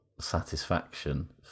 satisfaction